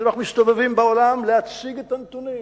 כשאנחנו מסתובבים בעולם להציג את הנתונים,